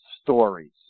stories